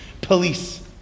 Police